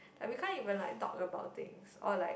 like we can't even like talk about things or like